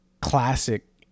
classic